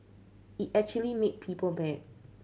it actually made people mad